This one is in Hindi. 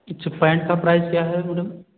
अच्छा पेन्ट का प्राइस क्या है मैडम